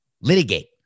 litigate